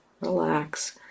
relax